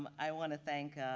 um i want to thank